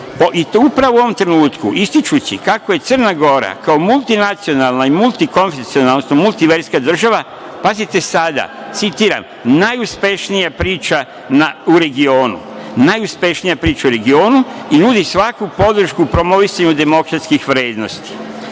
upravo u ovom trenutku ističući kako je Crna Gora, kao multinacionalna i multikonfesionalna, odnosno multiverska država, pazite sada, citiram – najuspešnija priča u regionu i nudi svaku podršku u promovisanju demokratskih vrednosti,